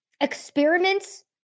experiments